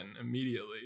immediately